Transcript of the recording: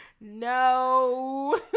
No